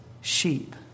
sheep